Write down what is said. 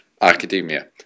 academia